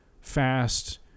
fast